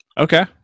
Okay